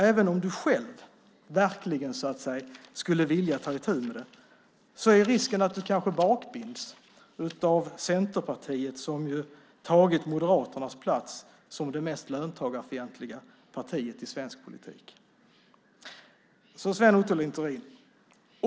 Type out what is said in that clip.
Även om han själv skulle vilja ta itu med detta är risken att han bakbinds av Centerpartiet, som har tagit Moderaternas plats som det mest löntagarfientliga partiet i svensk politik. Sven Otto Littorin!